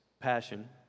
Passion